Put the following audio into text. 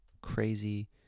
crazy